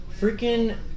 Freaking